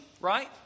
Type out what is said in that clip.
right